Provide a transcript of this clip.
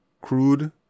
crude